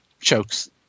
chokes